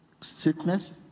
sickness